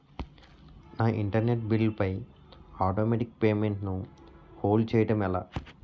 నా internet bill పై automatic payment ను హోల్డ్ చేయటం ఎలా?